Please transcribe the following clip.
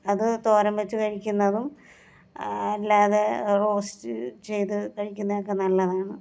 അത് തോരൻ വെച്ച് കഴിക്കുന്നതും അല്ലാതെ റോസ്റ്റ് ചെയ്ത് കഴിക്കുന്നതും ഒക്കെ നല്ലതാണ്